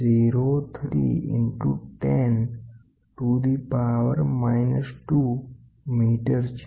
03 ઈંટુ 10 2 મીટર છે